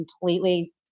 completely